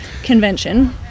convention